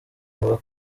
avuga